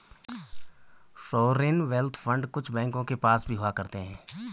sovereign wealth fund कुछ बैंकों के पास भी हुआ करते हैं